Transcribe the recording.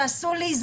תעשו לי,